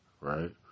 right